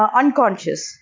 unconscious